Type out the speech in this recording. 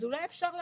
אולי אפשר לעזור.